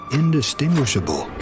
indistinguishable